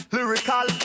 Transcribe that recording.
Lyrical